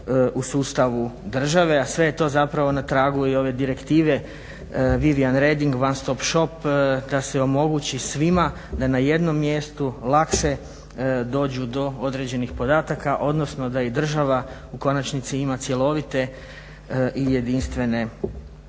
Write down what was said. u sustavu države, a sve je to zapravo na tragu i ove Direktive Viviane Reding ONE STOP SHOP da se omogući svima da na jednom mjestu lakše dođu do određenih podataka, odnosno da i država u konačnici ima cjelovite i jedinstvene